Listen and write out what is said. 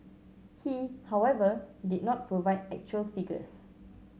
he however did not provide actual figures